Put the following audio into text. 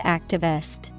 Activist